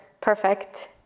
perfect